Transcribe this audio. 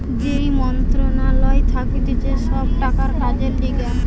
যেই মন্ত্রণালয় থাকতিছে সব টাকার কাজের লিগে